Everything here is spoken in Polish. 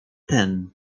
ten